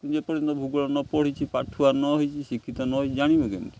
ଯେପର୍ଯ୍ୟନ୍ତ ଭୂଗୋଳ ନ ପଢିଛିି ପାଠୁଆ ନ ହେଇଛି ଶିକ୍ଷିତ ନ ହେଇଛି ଜାଣିବ କେମିତି